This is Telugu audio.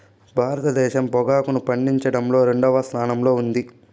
భారతదేశం పొగాకును పండించడంలో రెండవ స్థానంలో ఉంది